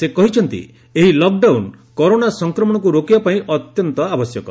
ସେ କହିଛନ୍ତି ଏହି ଲକ୍ ଡାଉନ୍ କରୋନା ସଂକ୍ରମଣକୁ ରୋକିବା ପାଇଁ ଅତ୍ୟନ୍ତ ଆବଶ୍ୟକ